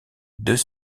deux